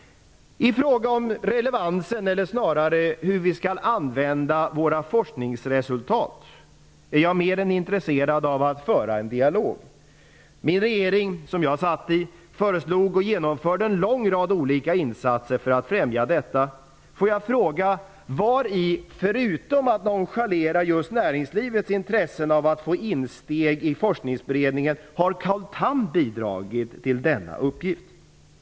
I fråga om relevansen, eller snarare hur vi skall använda våra forskningsresultat, är jag mer än intresserad av att föra en dialog. Den regering som jag satt i föreslog och genomförde en lång rad olika insatser för att främja detta. Får jag fråga vari, förutom att nonchalera just näringslivets intressen av att få insteg i forskningsberedningen, Carl Tham har bidragit till denna uppgift?